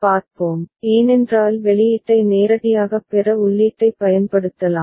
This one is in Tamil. பார்ப்போம் ஏனென்றால் வெளியீட்டை நேரடியாகப் பெற உள்ளீட்டைப் பயன்படுத்தலாம்